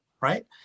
Right